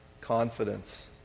confidence